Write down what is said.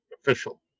official